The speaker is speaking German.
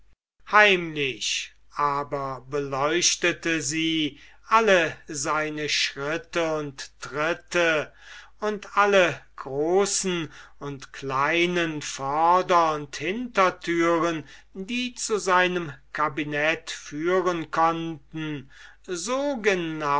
heimlich aber beleuchtete sie alle seine schritte und tritte und alle großen und kleinen vorder und hintertüren die zu seinem kabinet führen konnten so